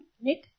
Nick